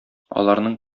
аларның